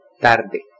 tarde